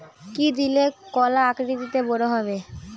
কি দিলে কলা আকৃতিতে বড় হবে?